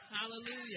Hallelujah